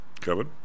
Kevin